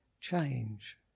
change